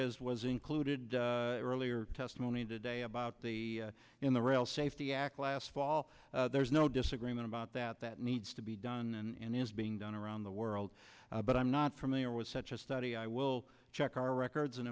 as was included earlier testimony today about the in the rail safety act last fall there's no disagreement about that that needs to be done and is being done around the world but i'm not familiar with such a study i will check our records and